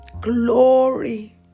Glory